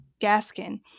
Gaskin